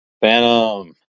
Phantom